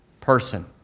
person